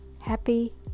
happy